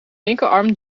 linkerarm